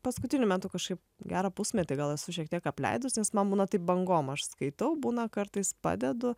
paskutiniu metu kažkaip gerą pusmetį gal esu šiek tiek apleidus nes man būna taip bangom aš skaitau būna kartais padedu